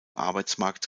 arbeitsmarkt